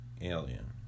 Alien